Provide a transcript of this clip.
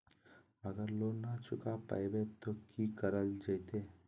अगर लोन न चुका पैबे तो की करल जयते?